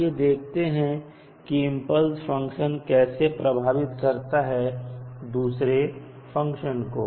आइए देखते हैं की इंपल्स फंक्शन कैसे प्रभावित करता है दूसरे फंक्शन को